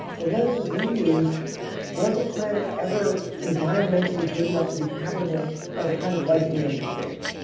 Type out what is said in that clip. the lenses we use was a planet ever environmentally good enough to be habitable by the kind of life we understand,